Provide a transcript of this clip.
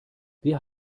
wir